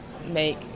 make